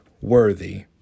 worthy